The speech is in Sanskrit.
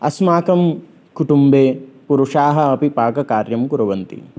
अस्माकं कुटुम्बे पुरुषाः अपि पाककार्यं कुर्वन्ति